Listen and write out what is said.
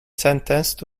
sentenced